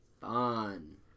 fun